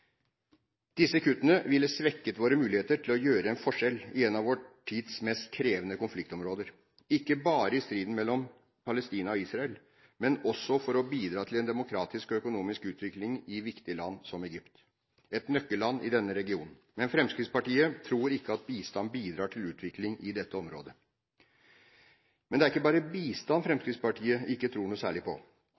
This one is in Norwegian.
Disse kuttene ville svekket våre muligheter til å gjøre en forskjell i en av vår tids mest krevende konfliktområder – ikke bare i striden mellom Palestina og Israel, men også med tanke på å bidra til en demokratisk og økonomisk utvikling i viktige land som Egypt, et nøkkelland i denne regionen. Men Fremskrittspartiet tror ikke at bistand bidrar til utvikling i dette området. Men det er ikke bare bistand Fremskrittspartiet ikke tror noe særlig på. De tror åpenbart ikke på